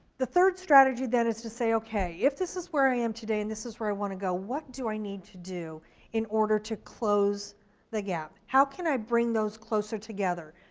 the third strategy then is to say okay, if this is where i am today, and this is where i want to go, what do i need to do in order to close the gap. how can i bring those closer together.